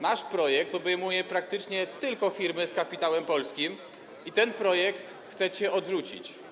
Nasz projekt obejmuje praktycznie tylko firmy z kapitałem polskim i ten projekt chcecie odrzucić.